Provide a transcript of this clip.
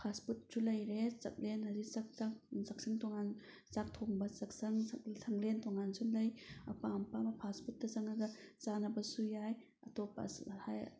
ꯐꯥꯁ ꯐꯨꯗꯁꯨ ꯂꯩꯔꯦ ꯆꯥꯛꯂꯦꯟ ꯍꯥꯏꯗꯤ ꯆꯥꯛ ꯆꯥꯛꯁꯪ ꯇꯣꯉꯥꯟ ꯆꯥꯛ ꯊꯣꯡꯕ ꯆꯥꯛꯁꯪ ꯁꯪꯂꯦꯟ ꯇꯣꯉꯥꯟꯅꯁꯨ ꯂꯩ ꯑꯄꯥꯝ ꯑꯄꯥꯝꯕ ꯐꯥꯁ ꯐꯨꯗꯇ ꯆꯪꯉꯒ ꯆꯥꯟꯅꯕꯁꯨ ꯌꯥꯏ ꯑꯩꯇꯣꯞꯄ